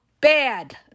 bad